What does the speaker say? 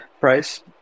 price